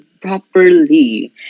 properly